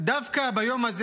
-- דווקא ביום הזה